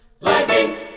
lightning